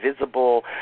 visible